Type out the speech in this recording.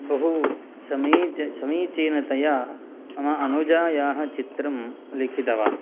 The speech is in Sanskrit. बहु समीचीनतया मम अनुजायाः चित्रं लिखितवान्